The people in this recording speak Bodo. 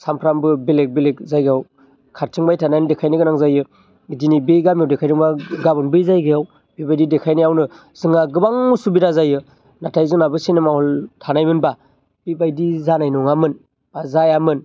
सामफ्रामबो बेलेग बेलेग जायगायाव खारथिंबाय थानानै देखायनो गोनां जायो दिनै बे गामियाव देखायदोंब्ला गाबोन बे जायगायाव बेबायदि देखायनायावनो जोंहा गोबां उसुबिदा जायो नाथाय जोंनाबो सिनेमा हल थानायमोनब्ला बेबायदि जानाय नङामोन बा जायामोन